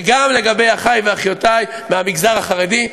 וגם לגבי אחי ואחיותי מהמגזר החרדי.